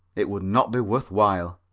it would not be worth while.